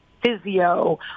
physio